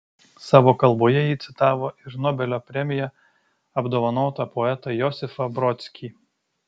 savo kalboje ji citavo ir nobelio premija apdovanotą poetą josifą brodskį